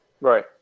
right